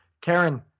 Karen